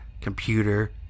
computer